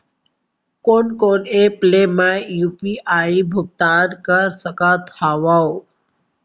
कोन कोन एप ले मैं यू.पी.आई भुगतान कर सकत हओं?